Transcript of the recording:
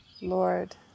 Lord